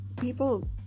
people